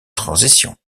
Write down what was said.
transition